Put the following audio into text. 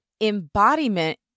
embodiment